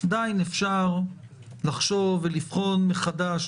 עדיין אפשר לחשוב ולבחון מחדש,